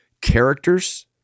characters